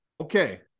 Okay